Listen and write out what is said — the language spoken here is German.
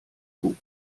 bug